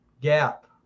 gap